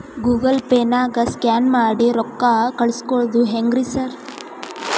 Google ಪೇನಾಗ scan ಮಾಡಿ ರೊಕ್ಕಾ ಕಳ್ಸೊದು ಹೆಂಗ್ರಿ ಸಾರ್?